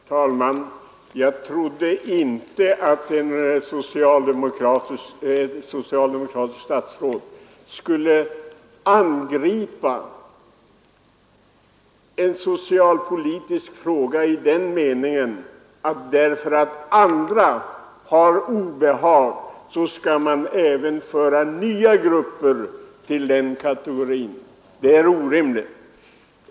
Herr talman! Jag trodde inte att ett socialdemokratiskt statsråd skulle använda den argumenteringen i en socialpolitisk fråga, att därför att andra har obehag skall man även föra nya grupper till den kategorin. Det är orimligt.